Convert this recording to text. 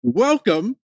Welcome